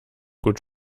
gut